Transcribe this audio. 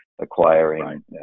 acquiring